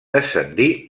descendir